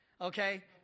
Okay